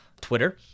Twitter